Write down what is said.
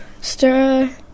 Stir